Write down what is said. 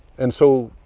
and so,